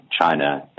China